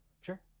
sure